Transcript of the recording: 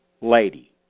lady